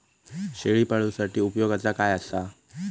शेळीपाळूसाठी उपयोगाचा काय असा?